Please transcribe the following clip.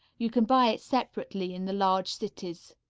you can buy it separately in the large cities.